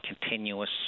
continuous